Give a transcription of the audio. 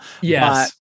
yes